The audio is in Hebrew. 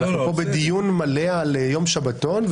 אנחנו פה בדיון מלא על יום שבתון,